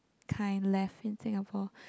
kind left in Singapore